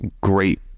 great